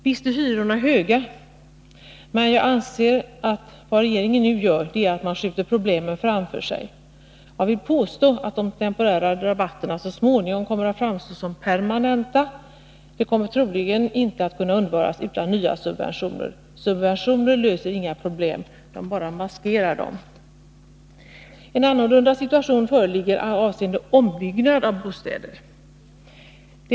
Visst är hyrorna höga, men jag anser att vad regeringen nu gör är att skjuta problemen framför sig. Jag vill påstå att de temporära rabatterna så småningom kommer att framstå som permanenta. Det kommer troligen inte att kunna undvaras utan nya subventioner. Men 101 subventioner löser inga problem utan maskerar dem bara. En annorlunda situation föreligger avseende ombyggnad av bostäder.